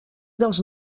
dels